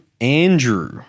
Andrew